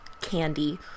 candy